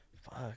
Fuck